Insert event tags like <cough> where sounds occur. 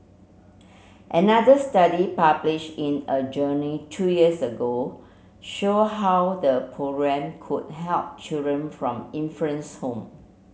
another study publish in a journey two years ago show how the programme could help children from <unintelligible> home